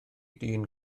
dyn